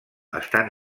estan